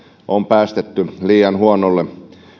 on päästetty liian huonolle